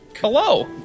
hello